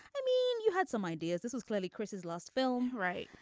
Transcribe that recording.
i mean you had some ideas this was clearly chris's last film. right.